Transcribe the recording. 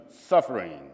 suffering